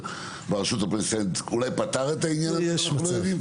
ברשות הפלסטינאית אולי פתר את העניין הזה ואנחנו לא יודעים?